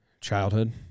Childhood